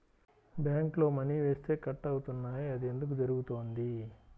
బ్యాంక్లో మని వేస్తే కట్ అవుతున్నాయి అది ఎందుకు జరుగుతోంది?